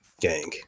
gang